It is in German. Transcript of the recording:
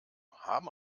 haben